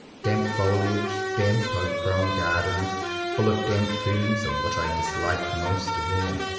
damp foliage, damp over-grown gardens full of damp ferns, are what i dis like most of all.